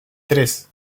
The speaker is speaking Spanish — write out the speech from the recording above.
tres